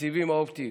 הסיבים האופטיים,